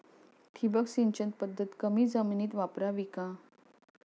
ठिबक सिंचन पद्धत कमी जमिनीत वापरावी का?